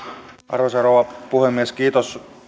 arvoisa rouva puhemies kiitos